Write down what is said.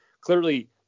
Clearly